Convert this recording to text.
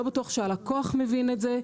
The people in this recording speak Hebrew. לא בטוח שהלקוח מבין את זה,